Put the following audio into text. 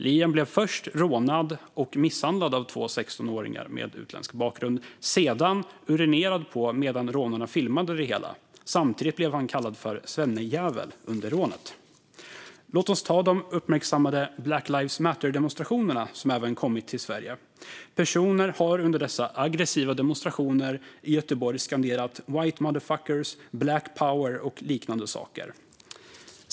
Liam blev först rånad och misshandlad av två 16-åringar med utländsk bakgrund och sedan urinerad på medan rånarna filmade det hela. Samtidigt blev han kallad för svennejävel under rånet. Låt mig även ta upp de uppmärksammade Black Lives Matter-demonstrationerna som kommit också till Sverige. Personer har under dessa aggressiva demonstrationer i Göteborg skanderat: white motherfuckers, black power och liknande saker.